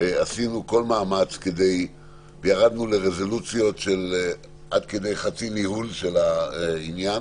עשינו כל מאמץ וירדנו לרזולוציות עד כדי חצי ניהול של העניין.